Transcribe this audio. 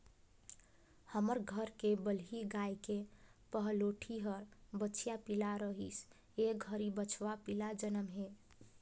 हमर घर के बलही गाय के पहलोठि हर बछिया पिला रहिस ए घरी बछवा पिला जनम हे